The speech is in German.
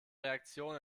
reaktion